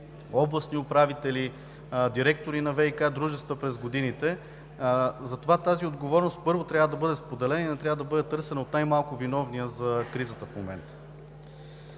областни управители, директори на ВиК дружества през годините. Затова тази отговорност, първо, трябва да e споделена и не трябва да бъде търсена от най-малко виновния за кризата в момента.